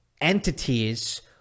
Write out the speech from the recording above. entities